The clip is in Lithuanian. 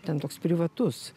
ten toks privatus